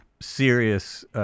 serious